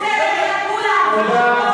תודה.